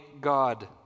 God